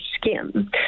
skin